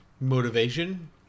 motivation